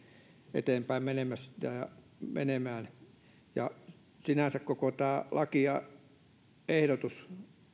eteenpäin menemään sinänsä koko tämä lakiehdotus